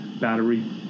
battery